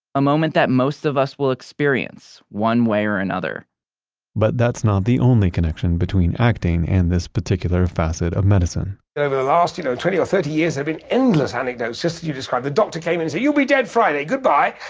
a moment that most of us will experience one way or another but that's not the only connection between acting and this particular facet of medicine over the last, you know, twenty or thirty years, there've been endless anecdotes just as you described. the doctor came in and said, so you'll be dead friday. goodbye.